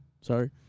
Sorry